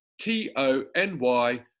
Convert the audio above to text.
T-O-N-Y